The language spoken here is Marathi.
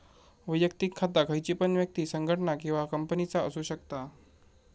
वैयक्तिक खाता खयची पण व्यक्ति, संगठना किंवा कंपनीचा असु शकता